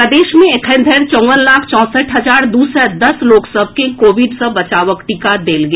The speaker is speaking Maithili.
प्रदेश मे एखन धरि चौवन लाख चौसठि हजार दू सय दस लोक सभ के कोविड सँ बचावक टीका देल गेल